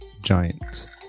Giant